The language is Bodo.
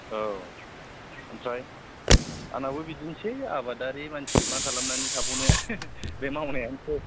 औ ओमफ्राय आंनाबो बिदिनोसै आबादारि मानसि मा खालामनानै थाबावनो बे मावनायानोसै